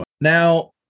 now